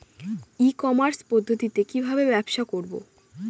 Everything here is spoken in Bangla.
ই কমার্স পদ্ধতিতে কি ভাবে ব্যবসা করব?